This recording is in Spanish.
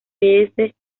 subespecies